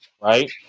right